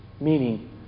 meaning